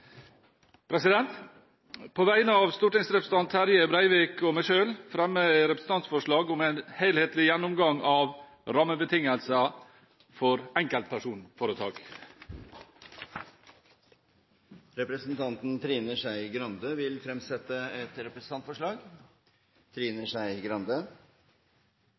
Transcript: representantforslag. På vegne av stortingsrepresentant Terje Breivik og meg selv fremmer jeg representantforslag om en helhetlig gjennomgang av rammebetingelser for enkeltpersonforetak. Representanten Trine Skei Grande vil fremsette et representantforslag.